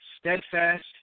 steadfast